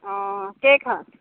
অ কেইখন